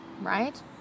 right